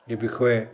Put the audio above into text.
এই বিষয়ে